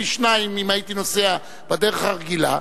פי-שניים מאשר אם הייתי נוסע בדרך הרגילה,